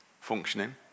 functioning